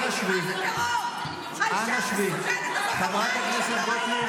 היא אמרה שעוד לא ראיתי מה זה טרור.